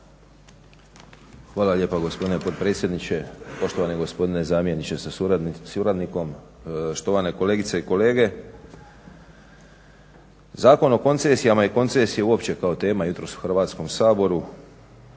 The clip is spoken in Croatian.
Hvala lijepo gospodine potpredsjedniče. Poštovani gospodine zamjeniče sa suradnikom, štovane kolegice i kolege. Zakon o koncesijama i koncesije uopće kao tema jutros u Hrvatskom saboru,